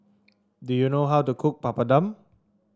do you know how to cook Papadum